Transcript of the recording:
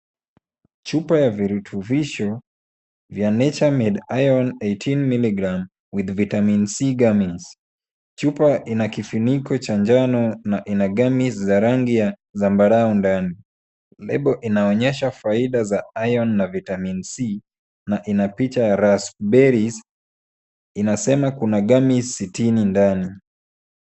Chupa ya virutubisho vya Nature Made Iron eighteen miligram with Vitamin C Gummies . Chupa ina kifiniko cha njano na ina gummies za rangi ya zambarau ndani. Lebo inaonyesha faida za Iron na Vitamin C na ina picha ya raspberries , inasema kuna gummies sitini ndani.